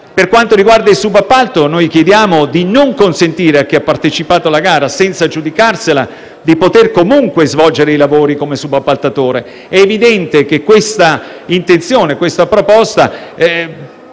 Per quanto riguarda il subappalto, chiediamo di non consentire a chi ha partecipato alla gara senza aggiudicarsela di poter comunque svolgere i lavori come subappaltatore. È evidente che questa proposta